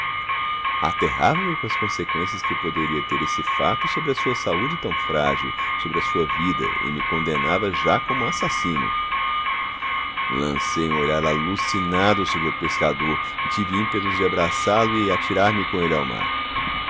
divertindo me aterrava me com as conseqüências que poderia ter esse fato sobre a sua saúde tão frágil sobre a sua vida e me con denava já como assassino lancei um olhar alucinado sobre o pescador e tive ímpetos de abraçá-lo e atirar-me com ele ao mar